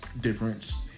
difference